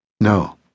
No